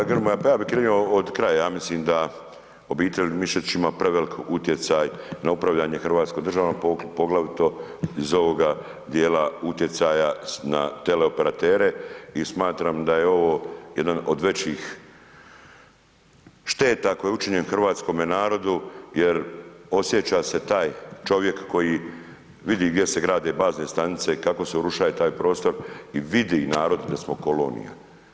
Hvala lijepo kolega Grmoja, ja bi krenuo od kraja, ja mislim da, obitelj Mišić ima prevelik utjecaj na upravljanjem Hrvatske države, poglavito iz ovoga dijela utjecaja na teleoperatere i smatram da je ovo jedan od većih šteta koji je učinjen hrvatskome narodu, jer osjeća se taj čovjek, koji vidi gdje se grade bazne stanice, kako se urušaje taj prostro i vidi narod da smo kolonija.